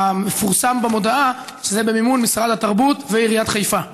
מפורסם במודעה שזה במימון משרד התרבות ועיריית חיפה,